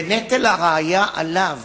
ונטל הראיה עליו,